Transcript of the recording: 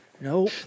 No